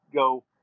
go